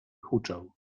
huczał